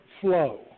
flow